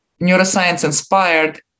neuroscience-inspired